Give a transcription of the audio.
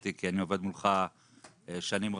אני לא הייתי צריך את ההוכחה הזאת כי אני עובד מולך שנים רבות,